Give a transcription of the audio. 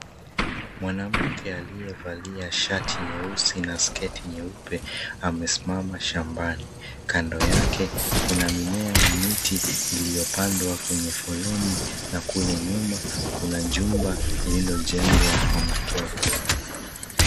Mwanamke aliyevalia shati nyeusi na sketi nyeupe amesimama shambani. Kando yake kuna mimea ya miti iliyopandwa kwenye foleni na kule nyuma kuna jumba lililojengwa kwa matope.